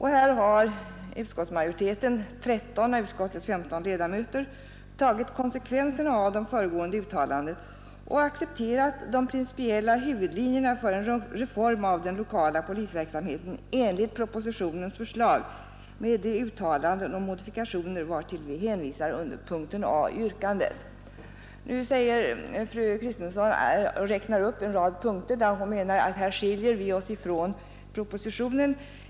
Här har utskottsmajoriteten — 13 av utskottets 15 ledamöter — dragit konsekvenserna av det föregående uttalandet och accepterat de principiella huvudlinjerna för en reform av den lokala polisverksamheten enligt propositionens förslag, med de uttalanden och modifikationer vartill vi hänvisar under punkten A i yrkandet. Nu har fru Kristensson räknat upp en rad punkter där hon menar att vi i betänkandet skiljer oss från propositionen.